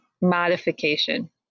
modification